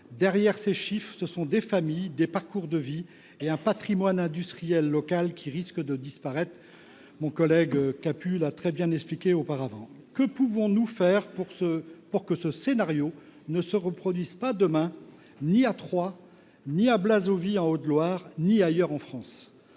Derrière les chiffres, il y a des familles, des parcours de vie et un patrimoine industriel local qui risque de disparaître ; mon collègue Emmanuel Capus l’a très bien expliqué tout à l’heure. Que pouvons nous faire pour que le même scénario ne se reproduise pas demain, que ce soit à Troyes, à Blavozy, en Haute Loire, ou ailleurs en France ?